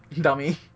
dummy